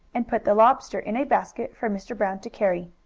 and put the lobster in a basket for mr. brown to carry.